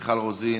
מיכל רוזין,